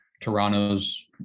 toronto's